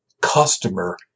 customer